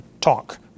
talk